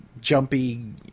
jumpy